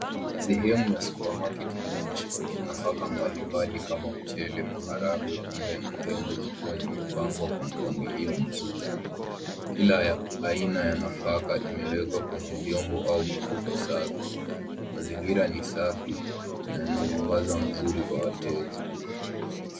Sehemu ya supamaketi inaonyesha nafaka mbalimbali kama michele, maharage, kunde na ndegu zikiwa zimepangwa kwa mpagilio mzuri. Kila aina ya nafaka imewekwa kweye vyombo au mifuko safi, mazingira ni safi na yana mwagaza mzuri kwa wateja.